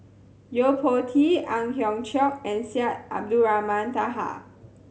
Yo Po Tee Ang Hiong Chiok and Syed Abdulrahman Taha